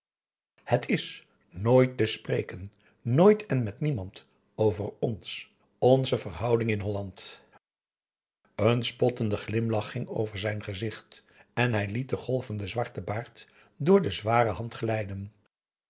het is nooit te spreken nooit en met niemand over ons onze verhouding in holland een spottende glimlach ging over zijn gezicht en hij liet den golvenden zwarten baard door de zware hand glijden